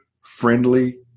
friendly